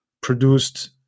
produced